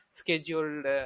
scheduled